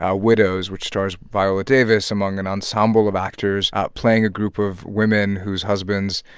ah widows, which stars viola davis among an ensemble of actors playing a group of women whose husbands,